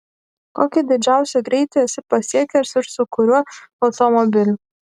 kokį didžiausią greitį esi pasiekęs ir su kuriuo automobiliu